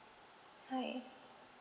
hi